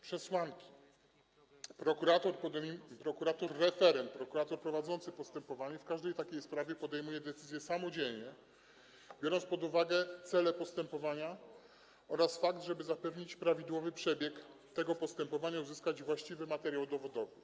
Prokurator referent, prokurator prowadzący postępowanie w każdej takiej sprawie podejmuje decyzję samodzielnie, biorąc pod uwagę cele postępowania oraz fakt, żeby zapewnić prawidłowy przebieg tego postępowania i uzyskać właściwy materiał dowodowy.